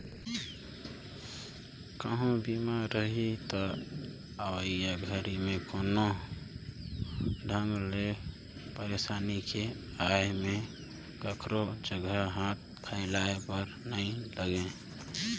कहूँ बीमा रही त अवइया घरी मे कोनो ढंग ले परसानी के आये में काखरो जघा हाथ फइलाये बर नइ लागे